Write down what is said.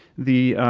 the